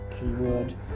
keyword